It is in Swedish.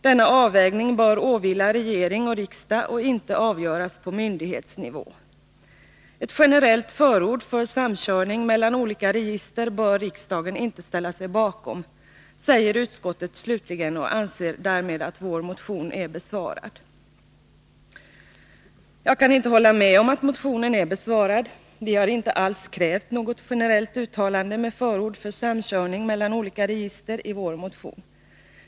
Denna avvägning bör åvila regering och riksdag och inte avgöras på myndighetsnivå. Ett generellt förord för samkörning mellan olika register bör riksdagen inte ställa sig bakom, säger utskottet slutligen och anser därmed att vår motion är besvarad. Jag kan inte hålla med om att motionen är besvarad. Vi har inte alls krävt något generellt uttalande med förord för samkörning mellan olika register.